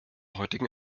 heutigen